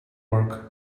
work